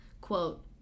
Quote